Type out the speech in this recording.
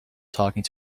talking